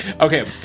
okay